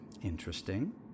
Interesting